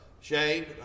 Shane